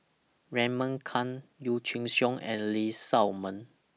Raymond Kang Yee Chia Hsing and Lee Shao Meng